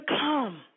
come